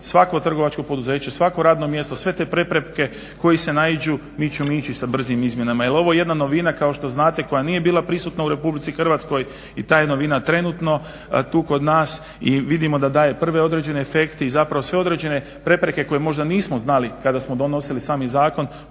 svako trgovačko poduzeće, svako radno mjesto, sve te prepreke koje se naiđu, mi ćemo ići sa brzim izmjenama jer ovo je jedna novina kao što znate koja nije bila prisutna u RH i ta je novina trenutno tu kod nas i vidimo da daje prve određene efekte i zapravo sve određene prepreke koje možda nismo znali koje smo donosili sami zakon,